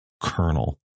colonel